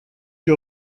que